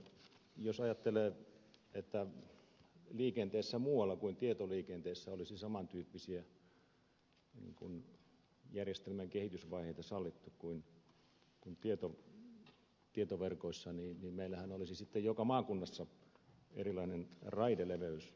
jos ajattelee että liikenteessä muualla kuin tietoliikenteessä olisi saman tyyppisiä järjestelmän kehitysvaiheita sallittu kuin tietoverkoissa niin meillähän olisi sitten joka maakunnassa erilainen raideleveys rautateillä